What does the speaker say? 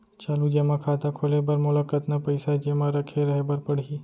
चालू जेमा खाता खोले बर मोला कतना पइसा जेमा रखे रहे बर पड़ही?